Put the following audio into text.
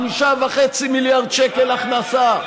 5.5 מיליארד שקל הכנסה.